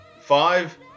five